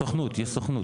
יש סוכנות.